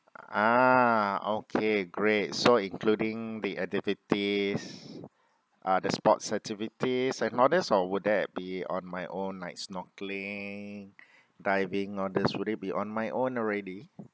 ah okay great so including the activities uh the sports activities and all this or would that be on my own like snorkeling diving all this would it be on my own already